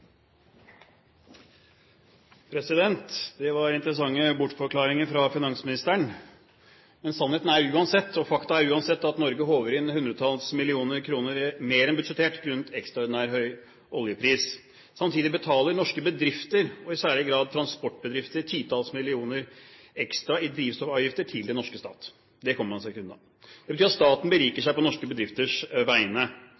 er uansett, at Norge håver inn hundretalls millioner kroner mer enn budsjettert grunnet ekstraordinært høy oljepris. Samtidig betaler norske bedrifter, i særlig grad transportbedrifter, titalls millioner ekstra i drivstoffavgifter til den norske stat. Det kommer man seg ikke unna. Det betyr at staten beriker